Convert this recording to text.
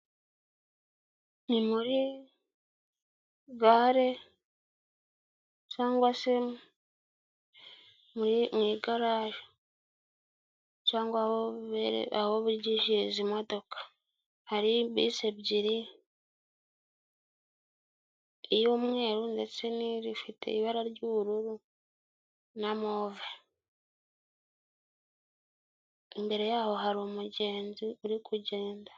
Ni muri gare cyangwa se mu igaraje cyangwa aho bigishiriza imodoka. Hari bisi ebyiri iy'umweru ndetse ni indi ifite ibara ry'ubururu na move, imbere yaho hari umugenzi uri kugenda.